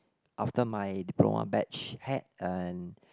after my diploma batch had an